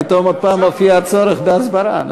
פתאום עוד הפעם הופיע הצורך בהסברה.